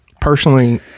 personally